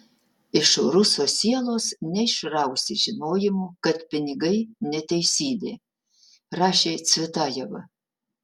iš ruso sielos neišrausi žinojimo kad pinigai neteisybė rašė cvetajeva